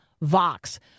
Vox